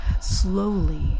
slowly